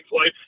life